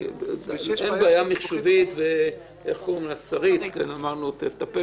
אין בעיה מחשובית ואמרנו ששרית תטפל